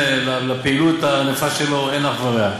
לפעילות הענפה שלו אין אח ורע.